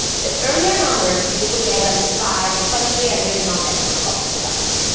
the earlier numbers usually identify the country and regional network of the device.